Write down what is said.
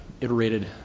iterated